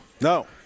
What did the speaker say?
No